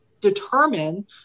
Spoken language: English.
determine